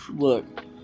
look